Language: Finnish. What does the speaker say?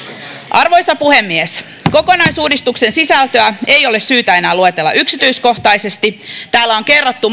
arvoisa puhemies kokonaisuudistuksen sisältöä ei ole syytä enää luetella yksityiskohtaisesti täällä on kerrottu monista